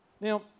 Now